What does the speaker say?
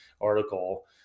article